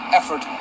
effort